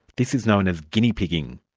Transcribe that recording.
this is known as guinea-pigging.